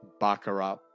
Baccarat